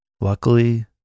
luckily